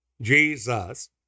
Jesus